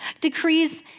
decrees